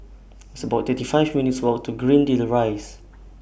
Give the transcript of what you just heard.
It's about thirty five minutes' Walk to Greendale Rise